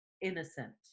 innocent